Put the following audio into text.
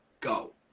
go